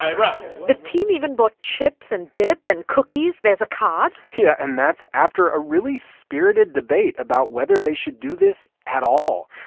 um brah, the team even bought chips and dip and cookies. there's a card yeah, and that's after a really spirited debate about whether they should do this at all.